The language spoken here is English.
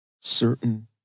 certain